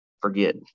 Forget